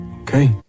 okay